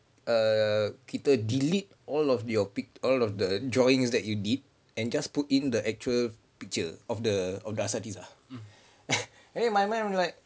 err kita delete all of your pic~ all of the drawings that you did and just put in the actual picture of the of the asatizah in my mind I was like